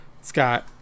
Scott